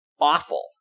awful